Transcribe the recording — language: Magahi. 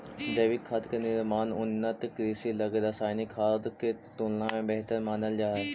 जैविक खाद के निर्माण उन्नत कृषि लगी रासायनिक खाद के तुलना में बेहतर मानल जा हइ